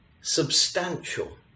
Substantial